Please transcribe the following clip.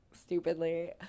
stupidly